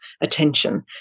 attention